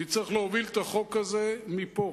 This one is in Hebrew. נצטרך להוביל את החוק הזה מפה.